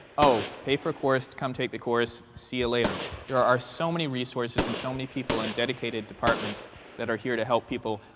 oh, pay for a course, come take the course, see you later. there are are so many resources and so many people and dedicated departments that are here to help people.